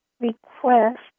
request